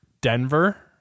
Denver